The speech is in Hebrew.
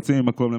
רצים ממקום למקום.